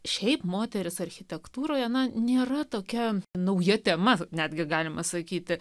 šiaip moteris architektūroje ana nėra tokia nauja tema netgi galima sakyti